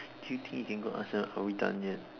do you think you can go ask them are we done yet